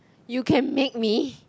you can make me